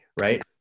right